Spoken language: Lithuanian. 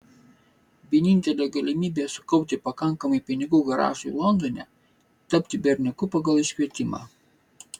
vienintelė galimybė sukaupti pakankamai pinigų garažui londone tapti berniuku pagal iškvietimą